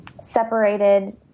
separated